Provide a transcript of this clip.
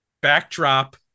backdrop